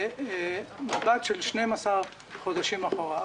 במבט של 12 חודשים אחורה.